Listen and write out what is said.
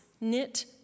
knit